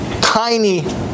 Tiny